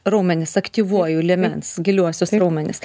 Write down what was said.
raumenis aktyvuoju liemens giliuosius raumenis